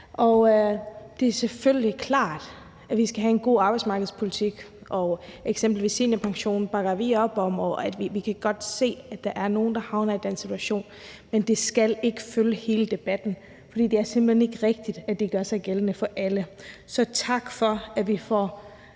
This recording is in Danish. Det er selvfølgelig klart, at vi skal have en god arbejdsmarkedspolitik, og eksempelvis bakker vi op om seniorpensionen, og vi kan godt se, at der er nogle, der havner i den situation. Men det skal ikke simpelt hen ikke fylde hele debatten, for det er simpelt hen ikke rigtigt, at det gør sig gældende for alle. Så tak for, at vi får